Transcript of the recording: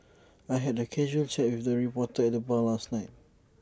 I had A casual chat with the reporter at the bar last night